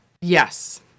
Yes